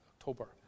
October